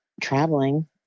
traveling